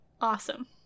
Awesome